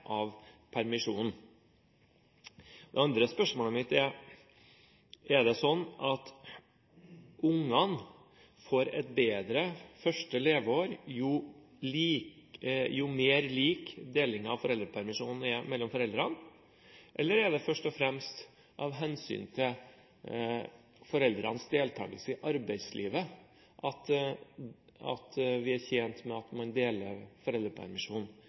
av permisjonen? Det andre spørsmålet mitt er: Er det sånn at ungene får et bedre første leveår jo mer lik delingen av foreldrepermisjonen er mellom foreldrene, eller er det først og fremst av hensyn til foreldrenes deltakelse i arbeidslivet at vi er tjent med at man deler